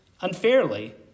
unfairly